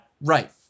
Right